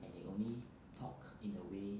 and they only talk in a way